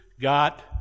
got